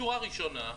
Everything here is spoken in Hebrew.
שורה ראשונה,